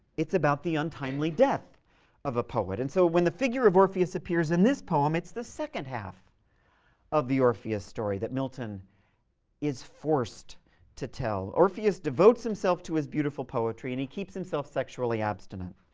it's about the untimely death of a poet. and so when the figure of orpheus appears in this poem, it's the second half of the orpheus story that milton is forced to tell. orpheus devotes himself to his beautiful poetry, and he keeps himself sexually abstinent.